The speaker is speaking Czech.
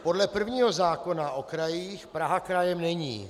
Podle prvního zákona o krajích Praha krajem není.